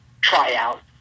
tryout